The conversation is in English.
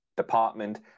department